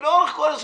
ולאורך כל זה,